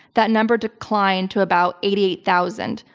that number declined to about eighty eight thousand,